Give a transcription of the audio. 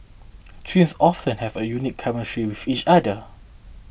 twins often have a unique chemistry with each other